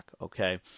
okay